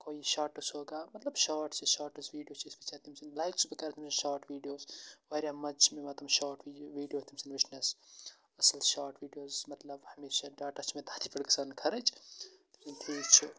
کوٮٔی shorts ہوگا مطلب short چھِ شاٹٕس ویٖڈیوز أسۍ وٕچھان تٔمۍ سٕنٛدۍ لایک چھُس بہٕ کَران تٔمۍ سٕنٛدۍ شاٹ ویٖڈیوز واریاہ مَزٕ چھِ مےٚ یِوان تِم شاٹ ویٖ ویٖڈیو تٔمۍ سٕنٛدۍ وٕچھنَس اصل شاٹ ویٖڈیوز مطلب ہمیشہ ڈاٹا چھِ مےٚ تٔتھی پٮ۪ٹھ گژھان خرٕچ ٹھیٖک چھُ